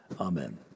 Amen